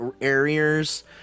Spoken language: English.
areas